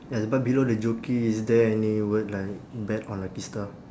yes but below the jockey is there any word like bet on lucky star